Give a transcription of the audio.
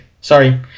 sorry